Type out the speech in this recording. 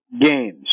games